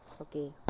Okay